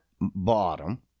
bottom